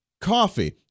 coffee